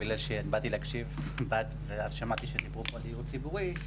באתי להקשיב ושמעתי שדיברו על הדיור הציבורי.